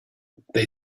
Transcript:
they